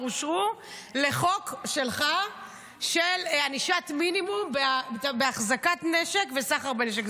אושרו לחוק שלך של ענישת מינימום בהחזקת נשק וסחר בנשק,